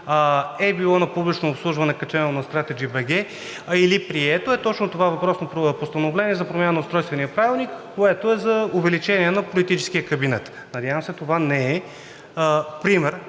е било на публично обсъждане, качено на strategy.bg, или прието, е точно това въпросно постановление за промяна на Устройствения правилник, което е за увеличение на политическия кабинет. Надявам се, това не е пример